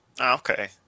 Okay